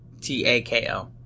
T-A-K-O